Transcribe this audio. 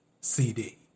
CD